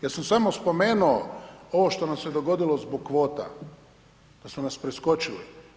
Ja sam samo spomenuo ovo što nam se dogodilo zbog kvota, da su nas preskočili.